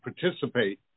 participate